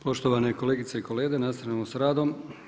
Poštovane kolegice i kolege, nastavljamo sa radom.